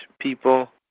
people